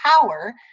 power